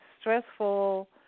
stressful